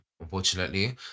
unfortunately